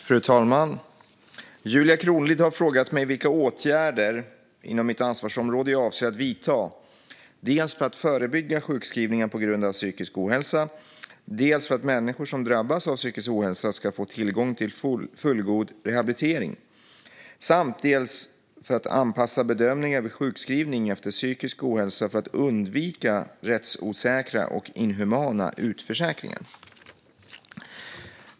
Fru talman! Julia Kronlid har frågat mig vilka åtgärder inom mitt ansvarsområde jag avser att vidta dels för att förebygga sjukskrivningar på grund av psykisk ohälsa, dels för att människor som drabbas av psykisk ohälsa ska få tillgång till fullgod rehabilitering och dels för att anpassa bedömningar vid sjukskrivning efter psykisk ohälsa för att undvika rättsosäkra och inhumana utförsäkringar.